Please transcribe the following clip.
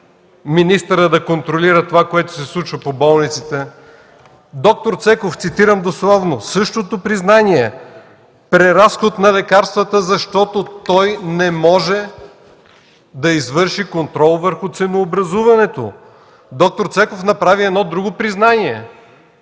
министърът да контролира това, което се случва в болниците. Доктор Цеков, цитирам дословно – същото признание: преразход на лекарствата, защото той не може да извърши контрол върху ценообразуването. Доктор Цеков направи едно друго признание –